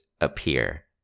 appear